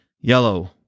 yellow